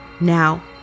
Now